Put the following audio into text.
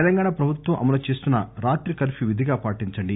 తెలంగాణ ప్రభుత్వం అమలుచేస్తున్న రాత్రి కర్ప్యూ విధిగా పాటించండి